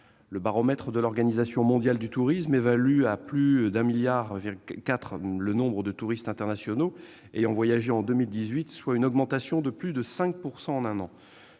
Le baromètre de l'Organisation mondiale du tourisme évalue à plus de 1,4 milliard le nombre de touristes internationaux ayant voyagé en 2018, soit une augmentation de plus de 5 % en un an.